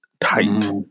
tight